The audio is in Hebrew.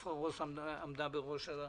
כאשר עפרה רוס עמדה בראש הרשות.